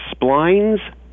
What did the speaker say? splines